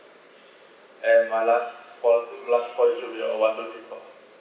and my last four last four to be uh one two three four